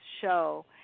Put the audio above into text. show